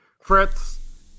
Fritz